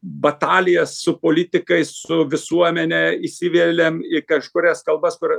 batalijas su politikais su visuomene įsivėliam į kažkurias kalbas kur